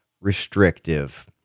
restrictive